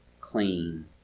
clean